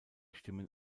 stimmen